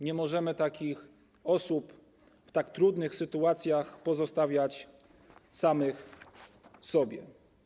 Nie możemy takich osób w tak trudnych sytuacjach pozostawiać samych sobie.